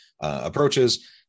approaches